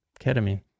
ketamine